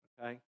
okay